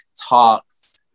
talks